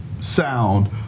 sound